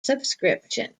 subscription